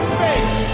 face